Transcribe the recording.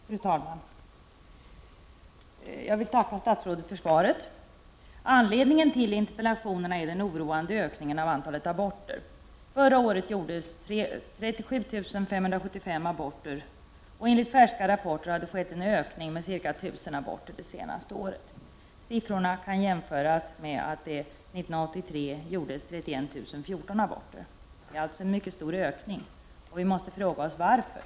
Fru talman! Jag vill tacka statsrådet för svaret. Anledningen till interpellationerna är den oroande ökningen av antalet aborter. Förra året gjordes 37 575 aborter, och enligt färska rapporter har det skett en ökning med ca 1000 aborter under det senaste året. Siffrorna kan jämföras med att det 1983 gjordes 31 014 aborter. Det är alltså en mycket stor ökning, och vi måste fråga oss varför.